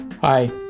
Hi